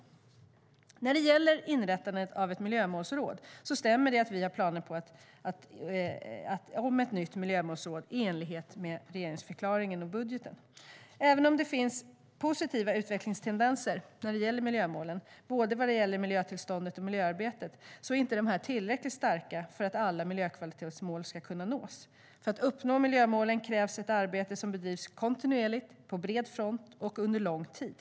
Även om det finns positiva utvecklingstendenser när det gäller miljömålen, både vad gäller miljötillståndet och vad gäller miljöarbetet, är dessa inte tillräckligt starka för att alla miljökvalitetsmål ska kunna nås. För att uppnå miljömålen krävs ett arbete som bedrivs kontinuerligt, på bred front och under lång tid.